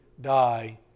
die